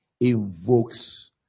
invokes